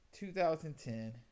2010